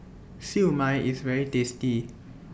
Siew Mai IS very tasty